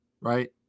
Right